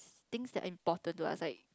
things are important to us like